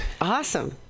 Awesome